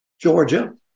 Georgia